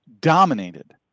dominated